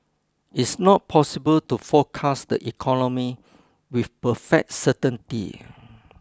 it's not possible to forecast the economy with perfect certainty